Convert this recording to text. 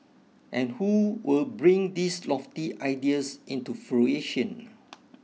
and who will bring these lofty ideas into fruition